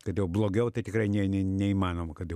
kad jau blogiau tai tikrai ne ne neįmanoma kad jau